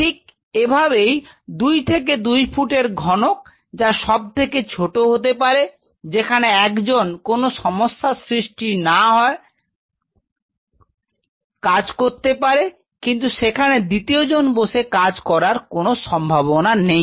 ঠিক এভাবেই দুই থেকে দুই ফুট এর ঘনক যা সব থেকে ছোট হতে পারে যেখানে একজন কোন সমস্যার সৃষ্টি না হয় কাজ করতে পারে কিন্তু সেখানে দ্বিতীয়জন বসে কাজ করার কোনো সম্ভাবনা নেই